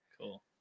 Cool